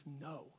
No